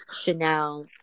Chanel